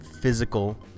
physical